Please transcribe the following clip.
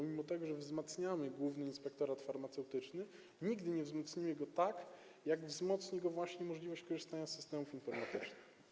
Mimo że wzmacniamy Główny Inspektorat Farmaceutyczny, nigdy nie wzmocnimy go tak, jak wzmocni go właśnie możliwość korzystania z systemów informatycznych.